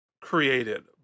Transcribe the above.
created